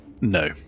No